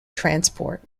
transport